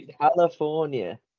California